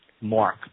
mark